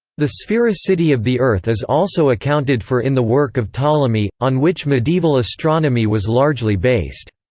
the sphericity of the earth is also accounted for in the work of ptolemy, on which medieval astronomy was largely based.